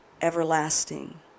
everlasting